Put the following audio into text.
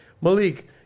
Malik